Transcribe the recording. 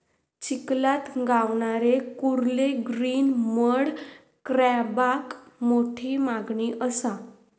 चिखलात गावणारे कुर्ले ग्रीन मड क्रॅबाक मोठी मागणी असा